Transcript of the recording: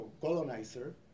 colonizer